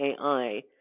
AI